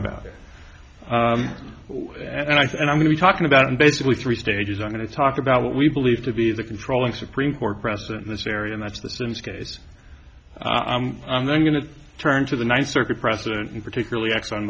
said and i'm going to talking about basically three stages i'm going to talk about what we believe to be the controlling supreme court precedent in this area and that's the simms case i'm going to turn to the ninth circuit precedent and particularly exxon